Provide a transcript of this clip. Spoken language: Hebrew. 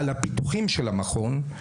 על הפיתוחים של המכון.